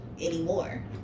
anymore